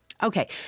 Okay